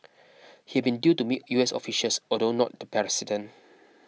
he had been due to meet U S officials although not the president